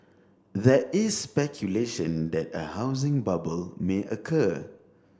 there is speculation that a housing bubble may occur